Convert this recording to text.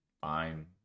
fine